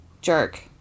jerk